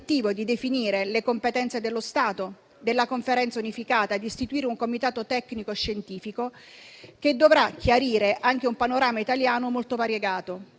di definire le competenze dello Stato e della Conferenza unificata e di istituire un comitato tecnico-scientifico che dovrà chiarire anche un panorama italiano molto variegato,